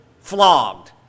flogged